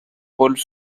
rôles